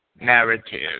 narrative